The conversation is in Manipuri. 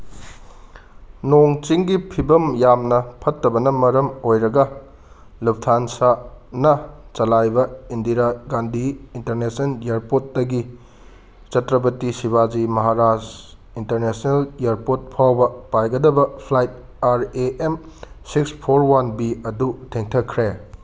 ꯅꯣꯡ ꯆꯤꯡꯒꯤ ꯐꯤꯕꯝ ꯌꯥꯝꯅ ꯐꯠꯇꯕꯅ ꯃꯔꯝ ꯑꯣꯏꯔꯒ ꯂꯨꯞꯊꯥꯟꯁꯥꯅ ꯆꯂꯥꯏꯕ ꯏꯟꯗꯤꯔꯥ ꯒꯥꯟꯙꯤ ꯏꯟꯇꯔꯅꯦꯁꯅꯦꯜ ꯏꯌꯔꯄꯣꯔꯠꯇꯒꯤ ꯆꯇꯔꯞꯇꯤ ꯁꯤꯕꯥꯖꯤ ꯃꯍꯥꯔꯥꯖ ꯏꯟꯇꯔꯅꯦꯁꯅꯦꯜ ꯏꯌꯔꯄꯣꯔꯠ ꯐꯥꯎꯕ ꯄꯥꯏꯒꯗꯕ flight R A M six four one B ꯑꯗꯨ ꯊꯦꯡꯊꯈ꯭ꯔꯦ